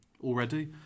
already